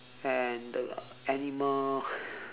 and the animal